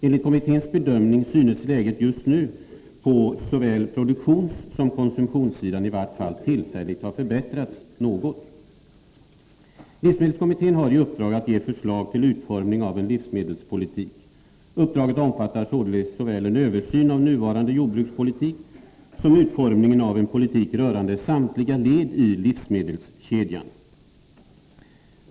Enligt kommitténs bedömning synes läget just nu på såväl produktionssom konsumtionssidan i vart fall tillfälligt ha förbättrats något.” Livsmedelskommittén har i uppdrag att ge förslag till utformning av en livsmedelspolitik. Uppdraget omfattar således såväl en översyn av nuvarande jordbrukspolitik som utformningen av en politik rörande samtliga led i livsmedelskedjan.